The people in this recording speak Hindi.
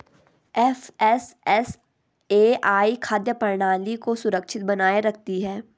एफ.एस.एस.ए.आई खाद्य प्रणाली को सुरक्षित बनाए रखती है